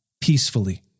peacefully